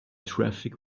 traffic